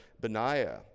Benaiah